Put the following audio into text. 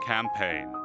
Campaign